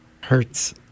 hurts